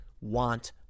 want